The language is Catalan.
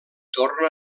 torna